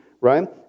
Right